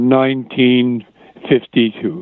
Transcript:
1952